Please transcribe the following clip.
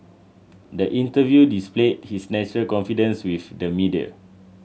the interview displayed his natural confidence with the media